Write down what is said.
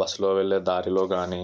బస్సులో వెళ్లే దారిలో గానీ